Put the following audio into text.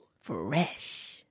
Fresh